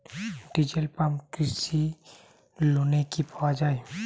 Diesel pump কৃষি লোনে কি পাওয়া য়ায়?